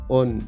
on